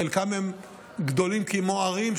חלקם גדולים כמו ערים,